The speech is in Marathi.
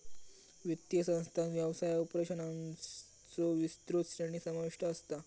वित्तीय संस्थांत व्यवसाय ऑपरेशन्सचो विस्तृत श्रेणी समाविष्ट असता